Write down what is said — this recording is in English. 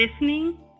listening